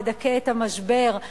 לדכא את המשבר.